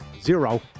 zero